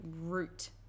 root